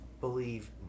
believe